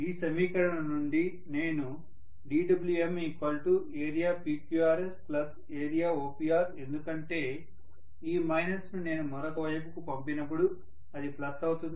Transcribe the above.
ఈ సమీకరణం నుండి నేను dWm area PQRS area OPR ఎందుకంటే ఈ మైనస్ నేను మరొక వైపుకు పంపినపుడు అది ప్లస్ అవుతుంది